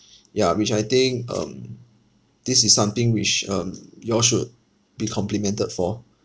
ya which I think um this is something which um you all should be complimented for